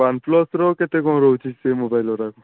ୱାନପ୍ଲସ୍ର କେତେ କ'ଣ ରହୁଛି ସେ ମୋବାଇଲ୍ ଗୁଡ଼ାକ